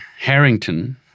Harrington